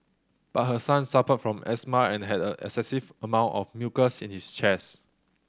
but her son suffered from asthma and had an excessive amount of mucus in his chest